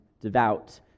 devout